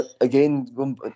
Again